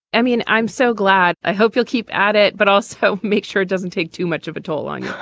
i mean, i'm so glad. i hope you'll keep at it, but also make sure it doesn't take too much of a toll on you.